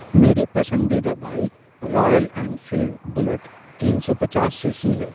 میری پسندیدہ bike Royal Enfield Bullet تین سو پچاس سی سی ہے